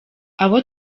abo